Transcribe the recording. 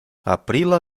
aprila